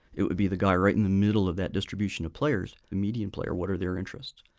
it would be the guy right in the middle of that distribution of players the median player. what are their interests?